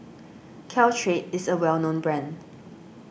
Caltrate is a well known brand